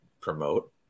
promote